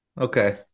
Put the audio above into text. Okay